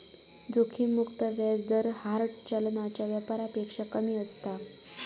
जोखिम मुक्त व्याज दर हार्ड चलनाच्या व्यापारापेक्षा कमी असता